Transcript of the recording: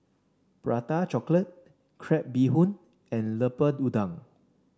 Prata Chocolate Crab Bee Hoon and Lemper Udang